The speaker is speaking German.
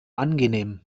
angenehm